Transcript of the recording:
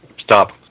stop